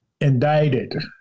indicted